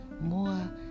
more